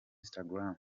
instagram